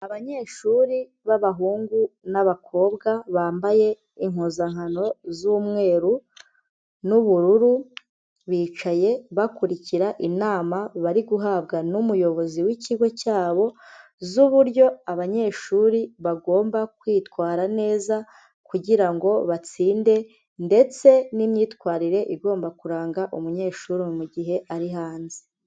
Abanyeshuri b'abahungu n'abakobwa bambaye impuzankano z'umweru n'ubururu, bicaye bakurikira inama bari guhabwa n'umuyobozi w'ikigo cyabo z'uburyo abanyeshuri bagomba kwitwara neza kugira ngo batsinde ndetse n'imyitwarire igomba kuranga umunyeshuri mu gihe ari hanze.